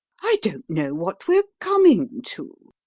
i don't know what we're coming to!